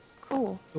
Cool